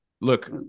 Look